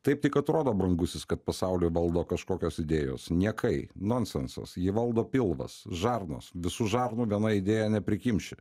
taip tik atrodo brangusis kad pasaulį valdo kažkokios idėjos niekai nonsensas jį valdo pilvas žarnos visų žarnų viena idėja neprikimši